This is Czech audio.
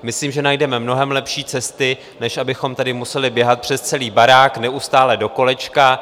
Myslím, že najdeme mnohem lepší cesty, než abychom tady museli běhat přes celý barák neustále dokolečka.